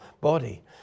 body